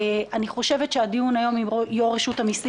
אני חושבת שהדיון היום עם ראש רשות המיסים